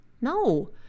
No